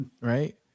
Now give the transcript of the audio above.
right